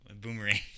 boomerang